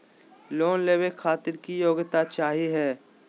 Loan लेवे खातीर की योग्यता चाहियो हे?